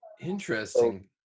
interesting